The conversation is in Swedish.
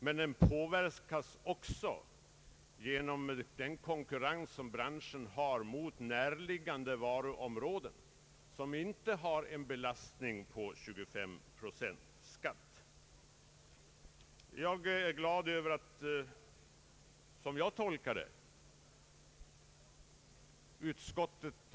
Men branschen har också att brottas med konkurrensen från närliggande varuområden, som inte har en belastning av 25 procents skatt, och den konkurrensen är ödesdiger för många enskilda människor, både företagare och anställda.